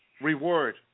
reward